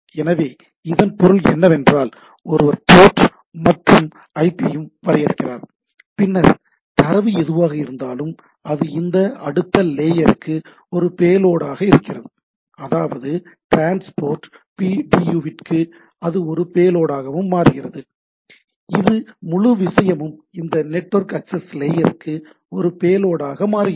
எனவே இதன் பொருள் என்னவென்றால் ஒருவர் போர்ட் மற்றும் ஐபியையும் வரையறுக்கிறார் பின்னர் தரவு எதுவாக இருந்தாலும் அது இந்த அடுத்த லேயருக்கு ஒரு பேலோடாக இருக்கிறது அதாவது டிரான்ஸ்போர்ட் பிடியு விற்கு அது ஒரு பேலோடாகவும் மாறுகிறது இந்த முழு விஷயமும் இந்த நெட்வொர்க் ஆக்சஸ் லேயருக்கு ஒரு பேலோடாக மாறுகிறது